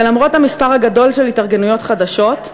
ולמרות המספר הגדול של התארגנויות חדשות,